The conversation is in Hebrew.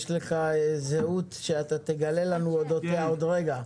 יש לך זהות שאתה תגלה לנו אודותיה בעוד רגע,